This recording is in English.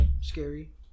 scary